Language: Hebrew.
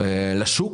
לשוק